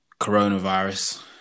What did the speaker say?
Coronavirus